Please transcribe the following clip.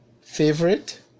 favorite